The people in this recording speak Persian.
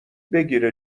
بگیره